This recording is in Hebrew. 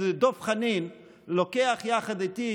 את דב חנין יחד איתי,